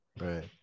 Right